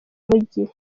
mujyi